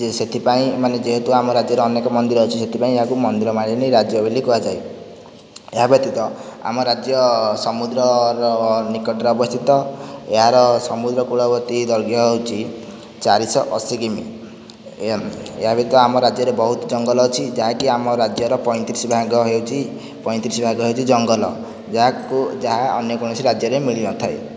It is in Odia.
ସେଥିପାଇଁ ମାନେ ଯେହେତୁ ଆମ ରାଜ୍ୟରେ ଅନେକ ମନ୍ଦିର ଅଛି ସେଥିପାଇଁ ଏହାକୁ ମନ୍ଦିର ମାଳିନୀ ରାଜ୍ୟ ବୋଲି କୁହାଯାଏ ଏହା ବ୍ୟତୀତ ଆମ ରାଜ୍ୟ ସମୁଦ୍ରର ନିକଟରେ ଅବସ୍ଥିତ ଏହାର ସମୁଦ୍ର କୂଳବର୍ତ୍ତି ଦର୍ଘ୍ୟ ହେଉଛି ଚାରିଶହ ଅଶି କିମି ଏହା ବ୍ୟତୀତ ଆମ ରାଜ୍ୟରେ ବହୁତ ଜଙ୍ଗଲ ଅଛି ଯାହାକି ଆମ ରାଜ୍ୟର ପୈଁତିରିଶ ଭାଗ ହେଉଛି ପୈଁତିରିଶ ଭାଗ ହେଉଚଛି ଜଙ୍ଗଲ ଯାହାକୁ ଯାହା ଅନ୍ୟ କୌଣସି ରାଜ୍ୟରେ ମିଳି ନଥାଏ